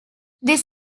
this